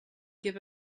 give